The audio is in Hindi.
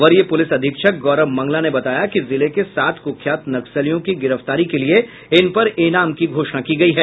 वरीय पुलिस अधीक्षक गौरव मंगला ने बताया कि जिले के सात कुख्यात नक्सलियों की गिरफ्तारी के लिये इन पर इनाम की घोषणा की गयी है